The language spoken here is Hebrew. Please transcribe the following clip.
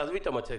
תעזבי את המצגת,